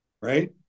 Right